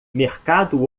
mercado